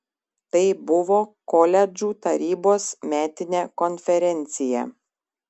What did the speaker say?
tai buvo koledžų tarybos metinė konferencija